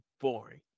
boring